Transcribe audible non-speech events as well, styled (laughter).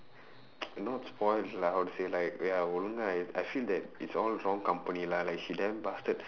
(noise) not spoilt lah how to say like ya ஒழுங்கா:ozhungkaa I feel that it's all wrong company lah like she damn bastard